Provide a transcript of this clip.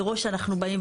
מראש שאנחנו באים,